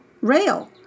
Rail